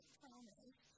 promise